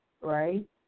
Right